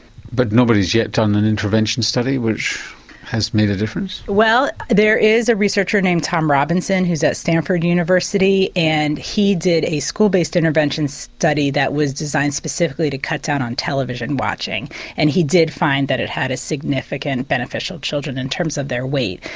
but nobody has yet done an intervention study which has made a difference? well there is a researcher named tom robinson who's at stanford university and he did a school based intervention study that was designed specifically to cut down on television watching and he did find that it had a significant benefit in so children in terms of their weight.